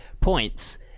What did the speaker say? points